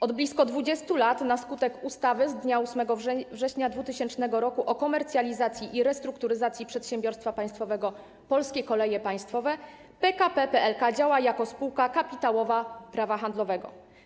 Od blisko 20 lat na skutek ustawy z dnia 8 września 2000 r. o komercjalizacji i restrukturyzacji przedsiębiorstwa państwowego „Polskie Koleje Państwowo” PKP PLK działa jako spółka kapitałowa prawa handlowego.